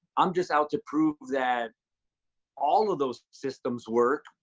i'm just out to prove that all of those systems work,